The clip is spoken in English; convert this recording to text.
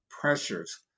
pressures